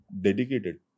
dedicated